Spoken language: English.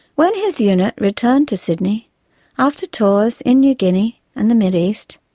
when his unit returned to sydney after tours in new guinea and the mid-east,